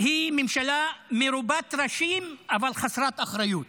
היא ממשלה מרובת ראשים אבל חסרת אחריות.